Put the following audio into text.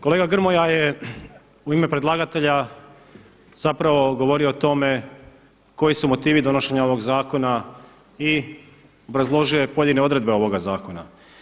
Kolega Grmoja je u ime predlagatelja zapravo govorio o tome koji su motivi donošenja ovog zakona i obrazložio je pojedine odredbe ovoga zakona.